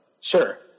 Sure